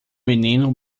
menino